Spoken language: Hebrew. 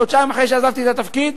חודשיים אחרי שעזבתי את התפקיד,